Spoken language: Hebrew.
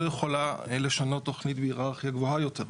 יכולה לשנות תוכני בהיררכיה גבוהה יותר.